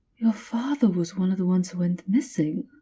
your father was one of the ones who went missing?